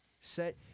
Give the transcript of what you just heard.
Set